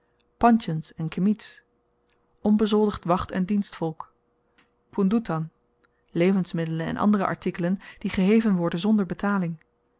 pantjens en kemits onbezoldigd wacht en dienstvolk poendoetan levensmiddelen en andere artikelen die geheven worden zonder betaling